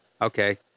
Okay